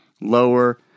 lower